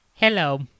Hello